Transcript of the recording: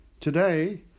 Today